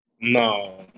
No